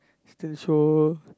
still so